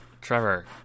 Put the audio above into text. Trevor